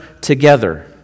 together